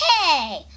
Hey